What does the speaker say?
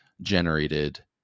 generated